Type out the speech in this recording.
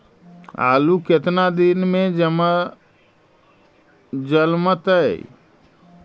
आलू केतना दिन में जलमतइ?